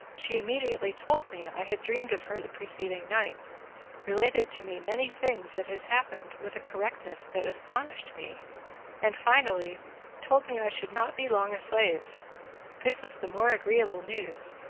she immediately told me i had dreamed of her the preceding night related to me many things that had happened with a correctness that astonished me and finally told me i should not be long a slave this was the more agreeable news,